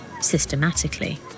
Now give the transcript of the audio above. Systematically